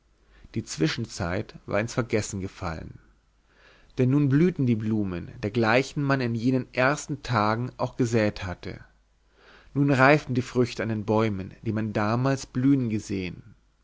die zwischenzeit war ins vergessen gefallen denn nun blühten die blumen dergleichen man in jenen ersten tagen auch gesäet hatte nun reiften früchte an den bäumen die man damals blühen gesehen